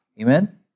Amen